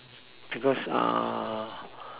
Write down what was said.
because uh